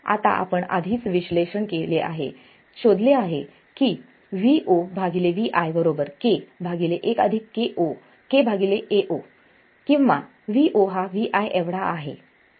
आता आपण आधीच विश्लेषण केले आहे हे शोधले आहे की Vo Vi k 1 k Ao किंवा Vo हा Vi एवढा आहे